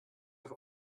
i’ve